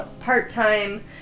part-time